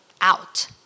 out